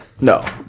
No